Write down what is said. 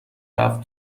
رفت